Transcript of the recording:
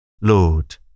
Lord